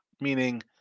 meaning